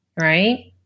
right